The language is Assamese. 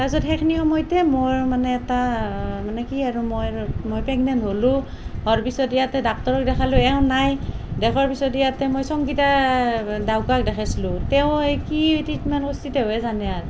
তাৰপাছত সেইখিনি সময়তে মোৰ মানে এটা মানে কি আৰু মই মই প্ৰেগনেণ্ট হ'লোঁ হোৱাৰ পিছত ইয়াতে ডাক্টৰক দেখালোঁ এওঁ নাই দেখোৱাৰ পিছত ইয়াতে মই চংগীতা ডাউকাক দেখাইছিলোঁ তেওঁ এই কি ট্ৰিটমেণ্ট কচ্ছি তেওঁহে জানে আৰু